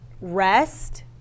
rest